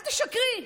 אל תשקרי.